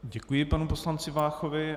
Děkuji panu poslanci Váchovi.